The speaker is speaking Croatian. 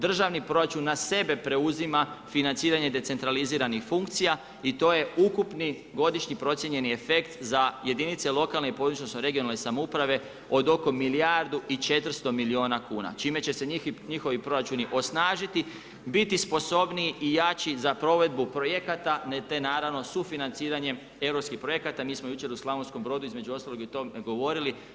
Državni proračun na sebe preuzima financiranje decentraliziranih funkcija i to je ukupni godišnji procijenjeni efekt za jedinice lokalne i područne odnosno regionalne samouprave od oko milijardu i 400 milijuna kuna čime će se njihovi proračuni osnažiti, biti sposobniji i jači za provedbu projekata, te naravno sufinanciranjem europskih projekata mi smo u Slavonskom Brodu između ostalog i o tome govorili.